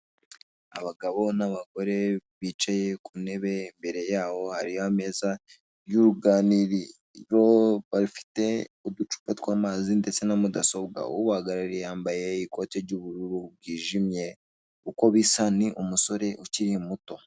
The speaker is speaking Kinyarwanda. Abagabo n'abagore bicaye ku ntebe imbere yabo hari ameza y'uruganiriro bafite uducupa tw'amazi ndetse na mudasobwa ubahagarariye yambaye ikote ry'ubururu bwijimye uko bisa ni umusore ukiri muto.